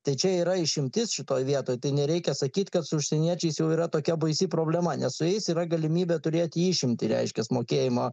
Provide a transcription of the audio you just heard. tai čia yra išimtis šitoj vietoj tai nereikia sakyt kad su užsieniečiais jau yra tokia baisi problema nes su jais yra galimybė turėti išimtį reiškias mokėjimo